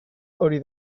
hori